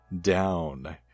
down